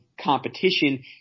competition